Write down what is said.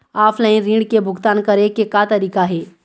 Offline ऋण के भुगतान करे के का तरीका हे?